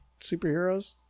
superheroes